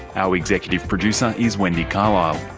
our executive producer is wendy carlisle.